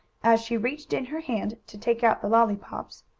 as she reached in her hand, to take out the lollypops,